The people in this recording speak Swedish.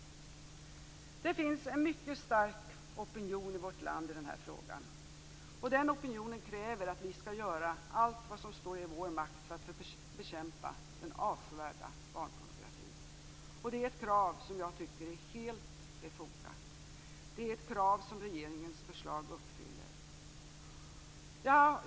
Det finns en mycket stark opinion i vårt land i den här frågan. Den opinionen kräver att vi skall göra allt vad som står i vår makt för att bekämpa den avskyvärda barnpornografin. Det är ett krav som jag tycker är helt befogat. Det är ett krav som regeringens förslag uppfyller.